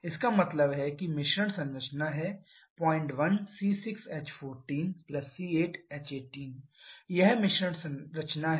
इसका मतलब है कि मिश्रण संरचना है 01 C6H14 C8H18 यह मिश्रण रचना है